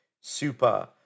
super